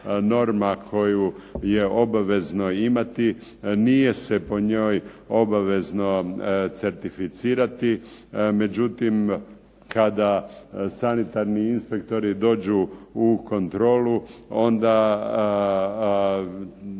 koju je obavezno imati, nije se po njoj obavezno certificirati, međutim kada sanitarni inspektori dođu u kontrolu, onda